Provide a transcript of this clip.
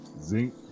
zinc